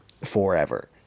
forever